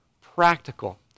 practical